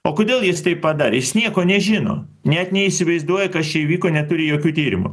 o kodėl jis tai padarė jis nieko nežino net neįsivaizduoja kas čia įvyko neturi jokių tyrimų